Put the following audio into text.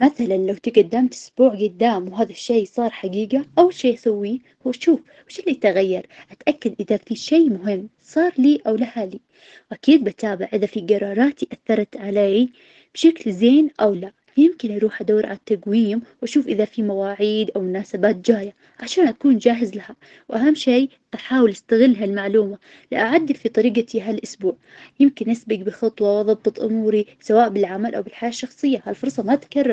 مثلا لو تقدمت إسبوع قدام وهذا الشي صار حقيقة أول شي أسويه هو شوف وش اللي تغير اتأكد اذا في شي مهم صار لي أو لهالي، وأكيد بتابع إذا في قراراتي أثرت علي بشكل زين أو لأ يمكن أروح أدور على التقويم وأشوف إذا في مواعيد أو مناسبات جاية عشان أكون جاهز لها. وأهم شي بحاول أستغل ها المعلومة لأعدل في طريقتي ها الإسبوع يمكن أسبق بخطوة وأظبط أموري سواء بالعمل أو بالحياة الشخصية، ها الفرصة ما تتكرر.